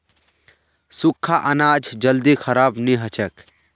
सुख्खा अनाज जल्दी खराब नी हछेक